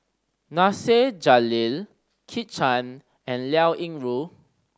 Nasir Jalil Kit Chan and Liao Yingru